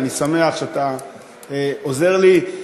אני שמח שאתה עוזר לי.